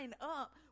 up